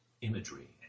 imagery